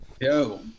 Yo